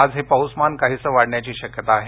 आज हे पाऊसमान काहीसं वाढण्याची शक्यता आहे